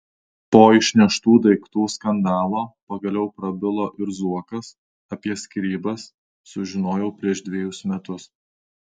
po išneštų daiktų skandalo pagaliau prabilo ir zuokas apie skyrybas sužinojau prieš dvejus metus